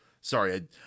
sorry